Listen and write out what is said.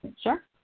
Sure